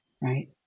Right